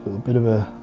bit of a